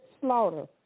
slaughter